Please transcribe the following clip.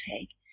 take